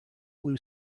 blue